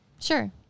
sure